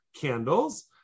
candles